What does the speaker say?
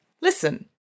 listen